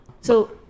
So-